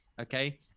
Okay